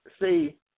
see